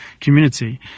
community